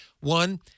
One